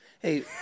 Hey